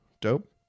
dope